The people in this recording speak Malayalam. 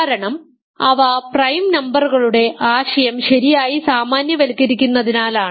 കാരണം അവ പ്രൈം നമ്പറുകളുടെ ആശയം ശരിയായി സാമാന്യവൽക്കരിക്കുന്നതിനാലാണ്